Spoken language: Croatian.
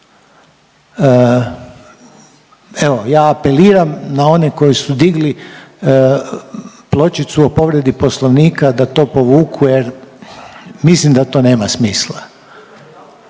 Evo ja apeliram na one koji su digli pločicu o povredi poslovnika da to povuku jer mislim da to nema smisla.